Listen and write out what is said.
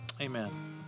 Amen